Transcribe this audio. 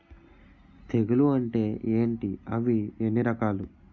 తెగులు అంటే ఏంటి అవి ఎన్ని రకాలు?